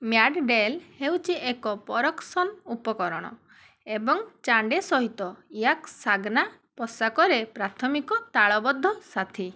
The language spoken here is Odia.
ମ୍ୟାଡ଼ଡେଲ୍ ହେଉଛି ଏକ ପରକସନ୍ ଉପକରଣ ଏବଂ ଚାଣ୍ଡେ ସହିତ ୟାକଶାଗାନା ପୋଷାକରେ ପ୍ରାଥମିକ ତାଳବଦ୍ଧ ସାଥୀ